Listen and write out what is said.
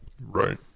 Right